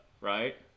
right